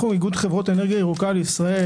אנחנו איגוד חברות אנרגיה ירוקה לישראל,